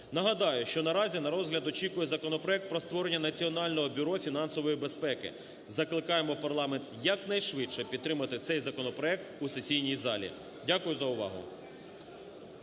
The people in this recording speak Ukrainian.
Нагадаю, що наразі на розгляд очікує законопроект про створення Національного бюро фінансової безпеки. Закликаємо парламент якнайшвидше підтримати цей законопроект у сесійній залі. Дякую за увагу.